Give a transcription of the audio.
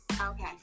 Okay